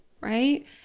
right